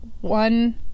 one